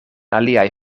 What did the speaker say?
aliaj